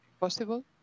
possible